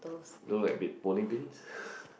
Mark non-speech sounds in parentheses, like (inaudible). look like a bit bowling pins (laughs)